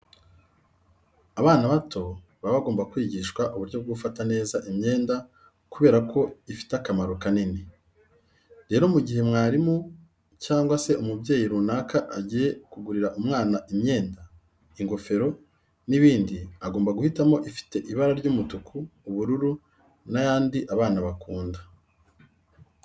Abana bato baba bagomba kwigishwa uburyo bwo gufata neza imyenda kubera ko ifite akamaro kanini. Rero mu gihe umwarimu cyangwa se umubyeyi runaka agiye kugurira umwana imyenda, ingofero n'ibindi agomba guhitamo ifite ibara ry'umutuku, ubururu n'ayandi abana bakunda.